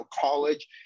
college